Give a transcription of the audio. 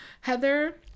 Heather